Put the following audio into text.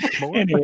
more